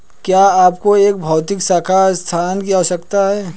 क्या आपको एक भौतिक शाखा स्थान की आवश्यकता है?